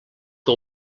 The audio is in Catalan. que